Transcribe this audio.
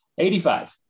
85